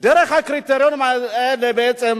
דרך הקריטריונים האלה בעצם,